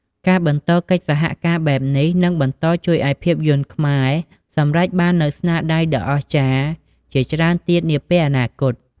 ការបន្តកិច្ចសហការបែបនេះនឹងបន្តជួយឱ្យភាពយន្តខ្មែរសម្រេចបាននូវស្នាដៃដ៏អស្ចារ្យជាច្រើនទៀតនាពេលអនាគត។